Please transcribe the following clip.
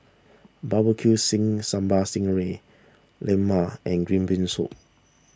Barbecue Sambal Sting Ray Lemang and Green Bean Soup